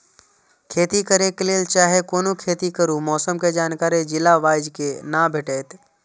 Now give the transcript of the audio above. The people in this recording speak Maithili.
खेती करे के लेल चाहै कोनो खेती करू मौसम के जानकारी जिला वाईज के ना भेटेत?